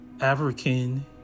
African